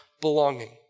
belonging